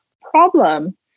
problem